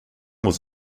was